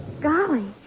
Golly